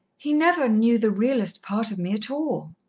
he never knew the reallest part of me at all.